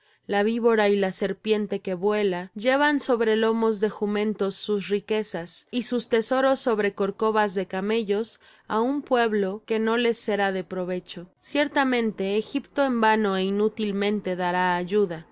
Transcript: la vibora y la serpiente que vuela llevan sobre lomos de jumentos sus riquezas y sus tesoros sobre corcovas de camellos a un pueblo que no les será de provecho ciertamente egipto en vano é inútilmente dará ayuda